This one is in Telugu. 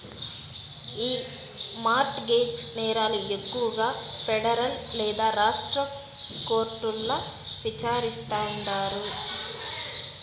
ఈ మార్ట్ గేజ్ నేరాలు ఎక్కువగా పెడరల్ లేదా రాష్ట్ర కోర్టుల్ల విచారిస్తాండారు